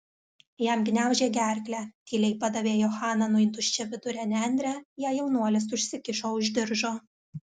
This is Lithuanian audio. jam gniaužė gerklę tyliai padavė johananui tuščiavidurę nendrę ją jaunuolis užsikišo už diržo